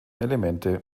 elemente